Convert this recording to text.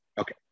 Okay